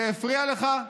זה הפריע לך?